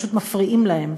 פשוט מפריעים להם.